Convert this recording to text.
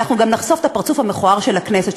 ואנחנו גם נחשוף את הפרצוף המכוער של הכנסת,